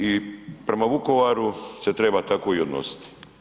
I prema Vukovaru se treba tako i odnositi.